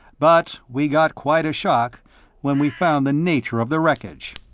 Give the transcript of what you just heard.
but we got quite a shock when we found the nature of the wreckage.